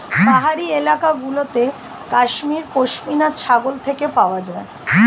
পাহাড়ি এলাকা গুলোতে কাশ্মীর পশমিনা ছাগল থেকে পাওয়া যায়